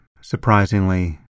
surprisingly